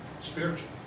spiritual